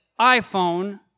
iPhone